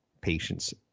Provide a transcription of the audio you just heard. Patience